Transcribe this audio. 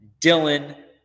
Dylan